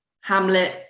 Hamlet